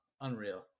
Unreal